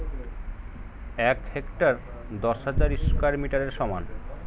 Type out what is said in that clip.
এক হেক্টার দশ হাজার স্কয়ার মিটারের সমান